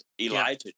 Elijah